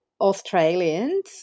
Australians